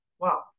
wow